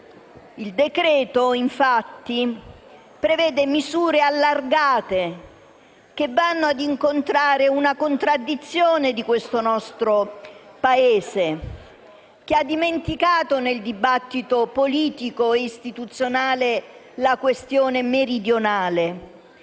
Il decreto-legge infatti prevede misure allargate, che vanno a incontrare una contraddizione di questo nostro Paese, che ha dimenticato nel dibattito politico e istituzionale la questione meridionale,